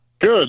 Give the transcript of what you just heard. good